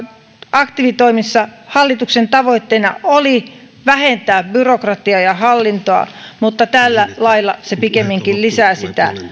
aktiivitoimissa hallituksen tavoitteena oli vähentää byrokratiaa ja hallintoa mutta tällä lailla se pikemminkin lisää sitä